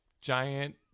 giant